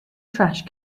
trash